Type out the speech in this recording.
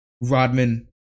Rodman